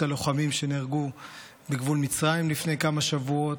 הלוחמים שנהרגו בגבול מצרים לפני כמה שבועות,